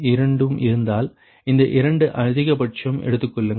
இரண்டும் இருந்தால் இந்த 2 அதிகபட்சம் எடுத்துக் கொள்ளுங்கள்